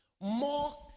more